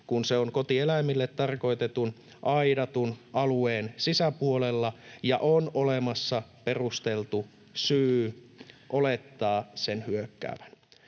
kun se on kotieläimille tarkoitetun aidatun alueen sisäpuolella ja on olemassa perusteltu syy olettaa sen hyökkäävän.